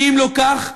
שאם לא כן,